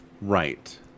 Right